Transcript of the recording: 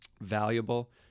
valuable